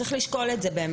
צריך לשקול את זה באמת.